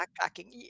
backpacking